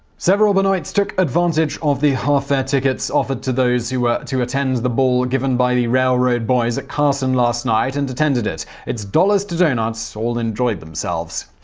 several benoites took advantage of the half fare tickets offered to those who were to attend the ball given by the railroad boys at carson last night, and attended it. it's dollars to doughnuts all enjoyed themselves.